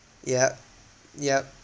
yup yup